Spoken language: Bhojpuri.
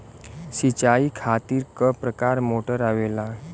सिचाई खातीर क प्रकार मोटर आवेला?